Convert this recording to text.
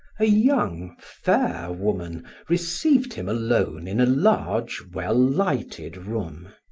a young, fair woman received him alone in a large, well-lighted room.